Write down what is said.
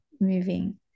moving